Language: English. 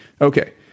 Okay